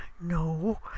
No